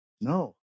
No